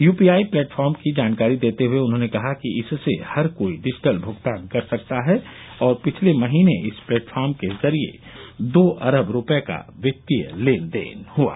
UPI platform की जानकारी देते हुए उन्होंने कहा कि इससे हर कोई डिजिटल भुगतान कर सकता है और पिछले महीने इस प्लेटफॉर्म के जरिए दो अरब रूपये का वित्तीय लेनदेन हुआ